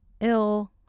ill